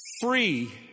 free